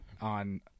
on